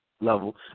level